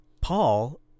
Paul